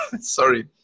Sorry